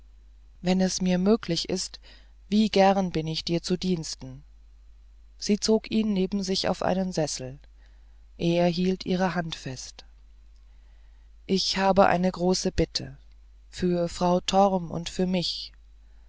wenn es mir möglich ist wie gern bin ich dir zu diensten sie zog ihn neben sich auf einen sessel er hielt ihre hand fest ich habe eine große bitte für frau torm und für mich